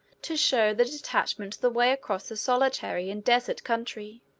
to show the detachment the way across the solitary and desert country.